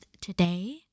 today